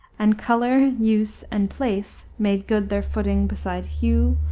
and color, use, and place made good their footing beside hue,